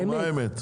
נו, מה האמת?